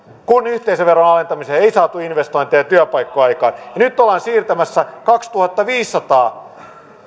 kun yhteisöveron alentamisella ei saatu investointeja ja työpaikkoja aikaan ja nyt ollaan siirtämässä kaksituhattaviisisataa